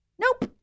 Nope